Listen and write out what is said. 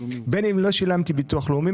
בין אם לא שילמתי ביטוח לאומי,